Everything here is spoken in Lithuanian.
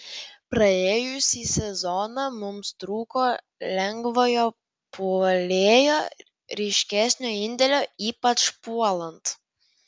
praėjusį sezoną mums trūko lengvojo puolėjo ryškesnio indėlio ypač puolant